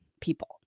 people